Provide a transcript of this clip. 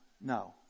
no